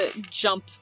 jump